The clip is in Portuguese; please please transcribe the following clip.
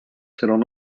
serão